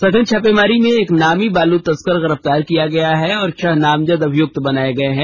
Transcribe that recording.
सघन छापेमारी में एक नामी बालू तस्कर गिरफ्तार किया गया है और छह नामजद अभियुक्त बनाए गए हैं